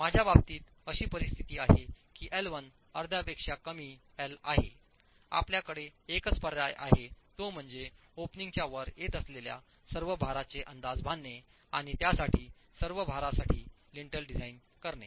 माझ्या बाबतीत अशी परिस्थिती आहे की एल 1 अर्ध्यापेक्षा कमी एल आहे आपल्याकडे एकच पर्याय आहे तो म्हणजे ओपनिंग च्या वर येत असलेल्या सर्व भाराचे अंदाज बांधणे आणि त्या सर्व भारासाठी लिंटल डिझाइन करणे